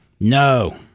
No